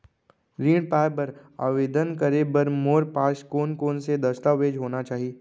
ऋण पाय बर आवेदन करे बर मोर पास कोन कोन से दस्तावेज होना चाही?